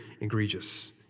egregious